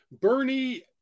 bernie